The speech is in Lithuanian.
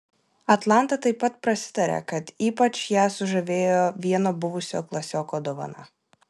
atlanta taip pat prasitarė kad ypač ją sužavėjo vieno buvusio klasioko dovana